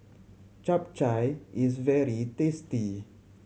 Chap Chai is very tasty